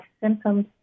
symptoms